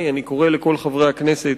לפני, אני קורא לכל חברי הכנסת